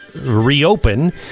reopen